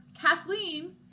Kathleen